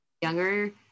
younger